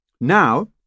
Now